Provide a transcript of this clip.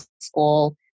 school